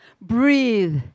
Breathe